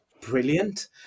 brilliant